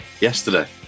yesterday